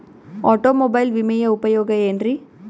Automobile ವಿಮೆಯ ಉಪಯೋಗ ಏನ್ರೀ?